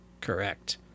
Correct